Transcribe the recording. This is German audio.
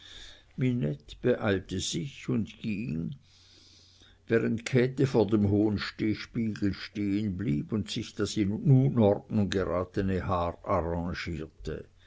beeilte sich und ging während käthe vor dem hohen stehspiegel stehenblieb und sich das in unordnung geratene